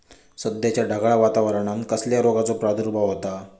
सध्याच्या ढगाळ वातावरणान कसल्या रोगाचो प्रादुर्भाव होता?